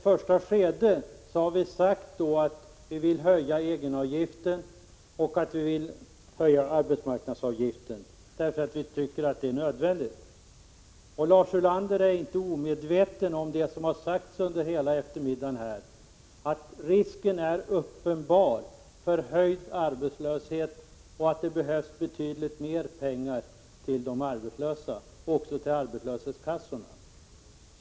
Fru talman! Vi vill i ett första skede höja egenavgiften och arbetsmarknadsavgiften, därför att vi tycker att det är nödvändigt. Lars Ulander är inte omedveten om det som har sagts under hela eftermiddagen här, nämligen att risken är uppenbar för ökad arbetslöshet och att det behövs betydligt mer pengar till de arbetslösa och till arbetslöshetskassorna.